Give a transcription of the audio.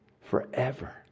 forever